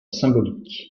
symbolique